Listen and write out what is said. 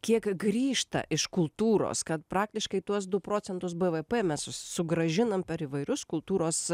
kiek grįžta iš kultūros kad praktiškai tuos du procentus bvp mes su sugrąžinam per įvairius kultūros